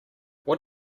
what